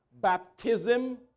baptism